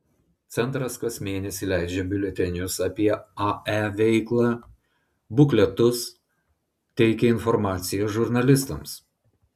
centras kas mėnesį leidžia biuletenius apie ae veiklą bukletus teikia informaciją žurnalistams